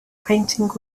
painting